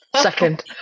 second